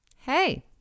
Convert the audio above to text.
Hey